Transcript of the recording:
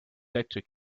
actes